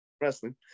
wrestling